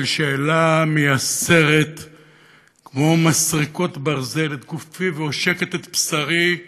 של שאלה המייסרת כמו מסרקות ברזל את גופי ועושקת את בשרי,